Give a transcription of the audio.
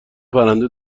پرنده